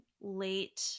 late